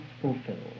fulfilled